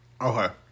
Okay